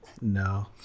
no